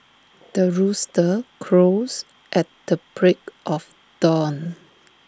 the rooster crows at the break of dawn